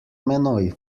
menoj